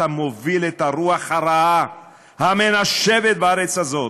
אתה מוביל את הרוח הרעה המנשבת בארץ הזאת